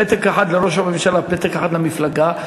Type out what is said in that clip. פתק אחד לראש הממשלה ופתק אחד למפלגה,